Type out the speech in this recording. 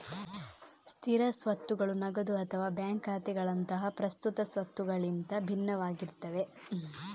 ಸ್ಥಿರ ಸ್ವತ್ತುಗಳು ನಗದು ಅಥವಾ ಬ್ಯಾಂಕ್ ಖಾತೆಗಳಂತಹ ಪ್ರಸ್ತುತ ಸ್ವತ್ತುಗಳಿಗಿಂತ ಭಿನ್ನವಾಗಿರ್ತವೆ